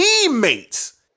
teammates